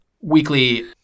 weekly